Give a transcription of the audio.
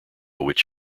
witch